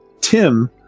Tim